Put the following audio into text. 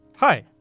Hi